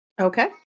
okay